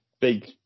big